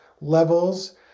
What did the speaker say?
levels